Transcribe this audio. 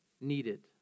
needed